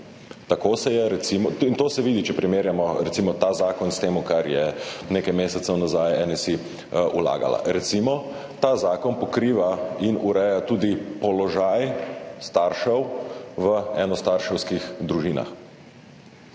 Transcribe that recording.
Evropska unija. To se vidi, če primerjamo recimo ta zakon s tem, kar je nekaj mesecev nazaj vlagala NSi. Recimo, ta zakon pokriva in ureja tudi položaj staršev v enostarševskih družinah